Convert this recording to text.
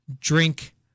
Drink